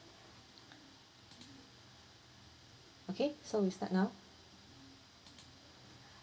okay so we start now